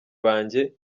banjye